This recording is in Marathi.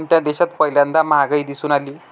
कोणत्या देशात पहिल्यांदा महागाई दिसून आली?